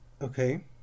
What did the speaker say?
Okay